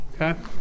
Okay